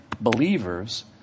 believers